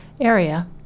area